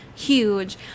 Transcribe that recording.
huge